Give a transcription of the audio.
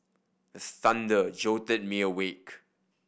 the thunder jolt me awake